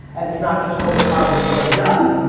and it's not just, go to college and get a job.